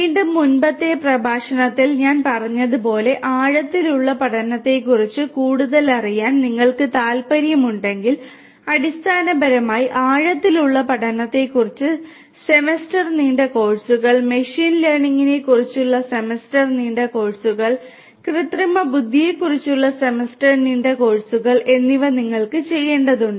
വീണ്ടും മുമ്പത്തെ പ്രഭാഷണത്തിൽ ഞാൻ പറഞ്ഞതുപോലെ ആഴത്തിലുള്ള പഠനത്തെക്കുറിച്ച് കൂടുതൽ അറിയാൻ നിങ്ങൾക്ക് താൽപ്പര്യമുണ്ടെങ്കിൽ അടിസ്ഥാനപരമായി ആഴത്തിലുള്ള പഠനത്തെക്കുറിച്ചുള്ള സെമസ്റ്റർ നീണ്ട കോഴ്സുകൾ മെഷീൻ ലേണിംഗിനെക്കുറിച്ചുള്ള സെമസ്റ്റർ നീണ്ട കോഴ്സുകൾ കൃത്രിമബുദ്ധിയെക്കുറിച്ചുള്ള സെമസ്റ്റർ നീണ്ട കോഴ്സുകൾ എന്നിവ നിങ്ങൾ ചെയ്യേണ്ടതുണ്ട്